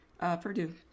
Purdue